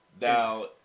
Now